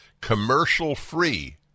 commercial-free